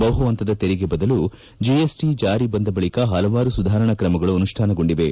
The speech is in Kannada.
ಬಹು ಪಂತದ ತೆರಿಗೆ ಬದಲು ಜಿಎಸ್ಟಿ ಜಾರಿ ಬಂದ ಬಳಿಕ ಹಲವಾರು ಸುಧಾರಣಾ ಕ್ರಮಗಳು ಅನುಷ್ಠಾನಗೊಂಡಿವೆ